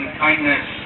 kindness